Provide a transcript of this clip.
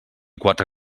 quatre